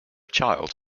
child